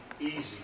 easy